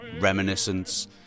reminiscence